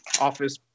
Office